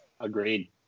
agreed